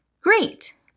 Great